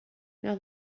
now